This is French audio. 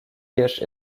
hirsch